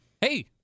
Hey